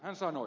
hän sanoi